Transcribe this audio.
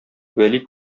вәли